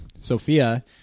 Sophia